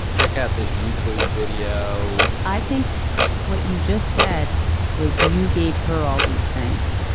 check out this youtube video i think what you just said was you gave her all these things.